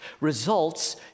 Results